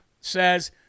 says